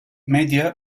medya